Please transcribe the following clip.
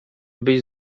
byś